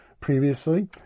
previously